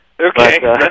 Okay